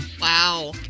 Wow